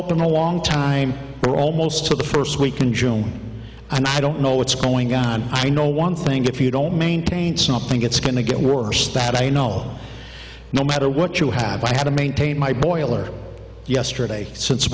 open a long time for almost the first week in june and i don't know what's going on i know one thing if you don't maintain something it's going to get worse that i know no matter what you have i have to maintain my boiler yesterday since